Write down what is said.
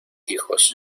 hijos